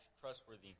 trustworthy